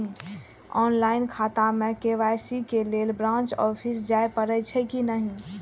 Online खाता में KYC के लेल ब्रांच ऑफिस जाय परेछै कि नहिं?